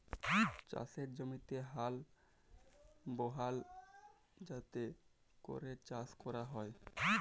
চাষের জমিতে হাল বহাল যাতে ক্যরে চাষ ক্যরা হ্যয়